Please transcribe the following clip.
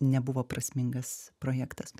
nebuvo prasmingas projektas